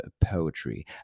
poetry